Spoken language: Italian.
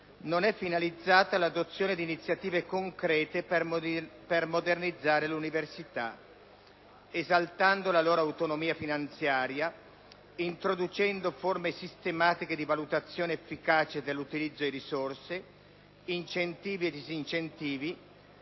non è finalizzata all'adozione di iniziative concrete per modernizzare le università, esaltando la loro autonomia finanziaria, introducendo forme sistematiche di valutazione efficace dell'utilizzo di risorse, incentivi e disincentivi,